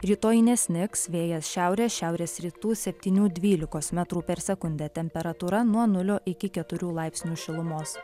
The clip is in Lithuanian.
rytoj nesnigs vėjas šiaurės šiaurės rytų septynių dvylikos metrų per sekundę temperatūra nuo nulio iki keturių laipsnių šilumos